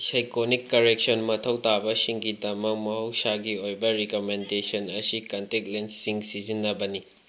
iseikonic correction ꯃꯊꯧ ꯇꯥꯕꯁꯤꯡꯒꯤꯗꯃꯛ ꯃꯍꯧꯁꯒꯤ ꯑꯣꯏꯕ ꯔꯤꯀꯃꯦꯟꯗꯦꯁꯟ ꯑꯁꯤ ꯀꯟꯇꯦꯛ ꯂꯦꯟꯁꯁꯤꯡ ꯁꯤꯖꯤꯟꯅꯕꯅꯤ